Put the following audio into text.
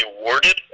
awarded